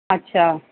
ਅੱਛਾ